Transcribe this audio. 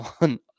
on